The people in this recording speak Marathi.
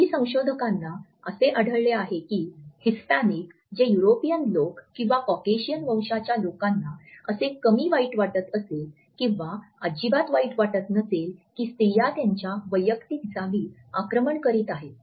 काही संशोधकांना असे आढळले आहे की हिस्पॅनिक जे युरोपियन लोक किंवा कॉकेशियन वंशाच्या लोकांना असे कमी वाईट वाटत असेल किंवा अजिबात वाईट वाटत नसेल की स्त्रिया त्यांच्या वैयक्तिक जागी आक्रमण करीत आहेत